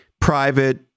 private